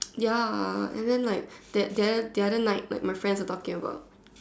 ya and then like that the other the other night like my friends are talking about